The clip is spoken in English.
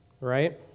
right